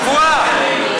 צבועה.